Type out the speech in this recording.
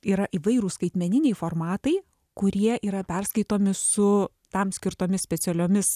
yra įvairūs skaitmeniniai formatai kurie yra perskaitomi su tam skirtomis specialiomis